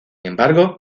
embargo